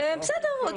כלום.